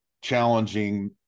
challenging